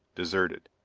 deserted.